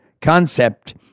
concept